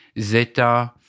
Zeta